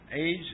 age